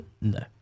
No